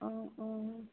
অঁ অঁ